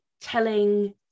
telling